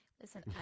Listen